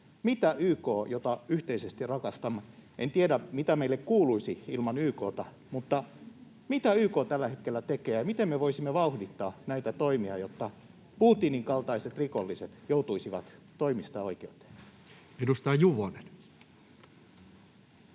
Mitä YK, jota yhteisesti rakastamme — en tiedä, mitä meille kuuluisi ilman YK:ta — tällä hetkellä tekee, ja miten me voisimme vauhdittaa näitä toimia, jotta Putinin kaltaiset rikolliset joutuisivat toimistaan oikeuteen? Edustaja Juvonen.